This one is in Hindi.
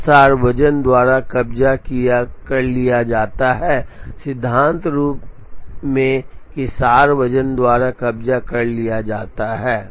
यह सार वजन द्वारा कब्जा कर लिया जाता है सिद्धांत रूप में कि सार वजन द्वारा कब्जा कर लिया जाता है